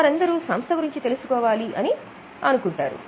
వారందరూ సంస్థ గురించి తెలుసుకోవాలి అని అనుకుంటారు